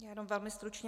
Já jenom velmi stručně.